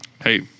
Hey